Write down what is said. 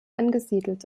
angesiedelt